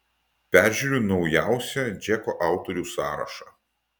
peržiūriu naujausią džeko autorių sąrašą